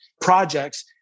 projects